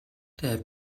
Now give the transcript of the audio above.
der